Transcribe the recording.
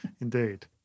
Indeed